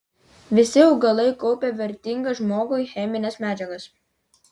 visi augalai kaupia vertingas žmogui chemines medžiagas